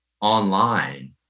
online